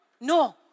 No